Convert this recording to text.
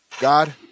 God